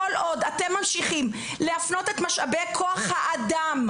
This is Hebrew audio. כול עוד אתם ממשיכים להפנות את משאבי כוח האדם,